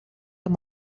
amb